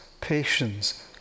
patience